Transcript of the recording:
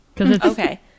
Okay